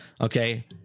okay